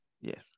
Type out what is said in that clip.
Yes